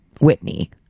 whitney